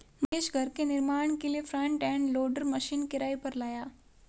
महेश घर के निर्माण के लिए फ्रंट एंड लोडर मशीन किराए पर लाया